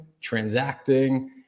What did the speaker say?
transacting